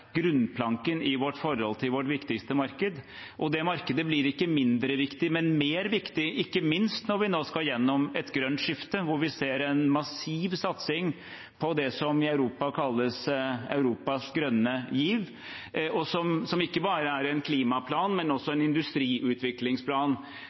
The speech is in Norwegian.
grunnplanken i vårt forhold til vårt viktigste marked, og det markedet blir ikke mindre viktig, men mer viktig, ikke minst når vi nå skal igjennom et grønt skifte, hvor vi ser en massiv satsing på det som i Europa kalles «Europas grønne giv», som ikke bare er en klimaplan, men også